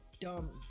dumb